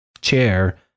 chair